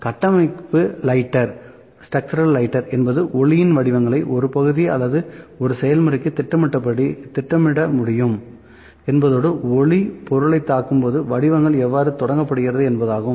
கட்டமைப்பு லைட்டர் என்பது ஒளியின் வடிவங்களை ஒரு பகுதி அல்லது ஒரு செயல்முறைக்கு திட்டமிட முடியும் என்பதோடு ஒளி பொருளைத் தாக்கும் போது வடிவங்கள் எவ்வாறு தொடங்கப்படுகிறது என்பதாகும்